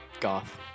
goth